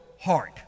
heart